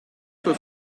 peu